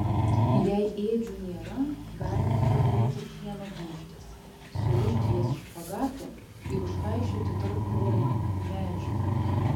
jei ėdžių nėra galima padaryti šieno gniūžtes surišti jas špagatu ir užkaišioti tarp krūmų medžių